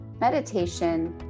meditation